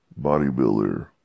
bodybuilder